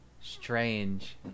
strange